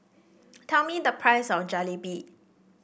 tell me the price of Jalebi